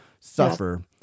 suffer